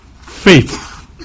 faith